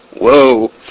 Whoa